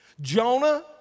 Jonah